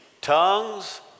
tongues